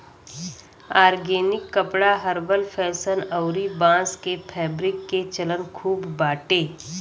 organic कपड़ा herbal fashion अउरी बांस के फैब्रिक के चलन खूब बाटे